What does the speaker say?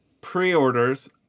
pre-orders